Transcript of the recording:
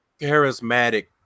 charismatic